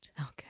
Okay